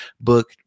book